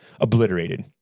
obliterated